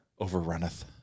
Overrunneth